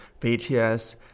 BTS